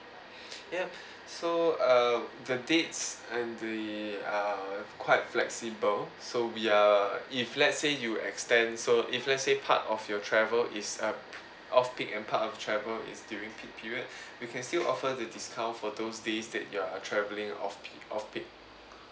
ya so uh the dates and the err quite flexible so we are if let's say you extend so if let's say part of your travel is a p~ off peak and part of travel is during peak period we can still offer the discount for those days that you are travelling off peak off peak